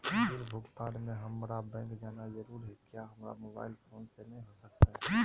Bill भुगतान में हम्मारा बैंक जाना जरूर है क्या हमारा मोबाइल फोन से नहीं हो सकता है?